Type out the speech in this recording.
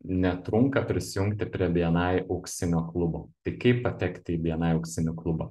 netrunka prisijungti prie bni auksinio klubo tai kaip patekti į bni auksinį klubą